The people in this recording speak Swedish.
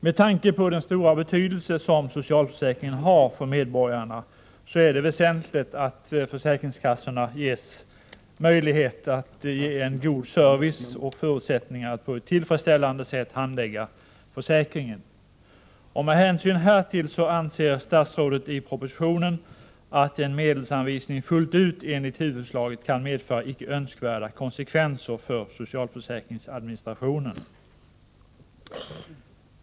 Med tanke på den stora betydelse som socialförsäkringen har för medborgarna är det väsentligt att försäkringskassorna ges möjligheter att ge en god service och förutsättningar att på ett tillfredsställande sätt handlägga försäkringen. Med hänsyn härtill anser statsrådet i propositionen att en medelsanvisning fullt ut enligt huvudförslaget kan medföra icke önskvärda konsekvenser för socialförsäkringsadministrationen.